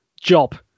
Job